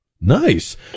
Nice